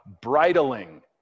bridling